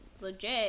legit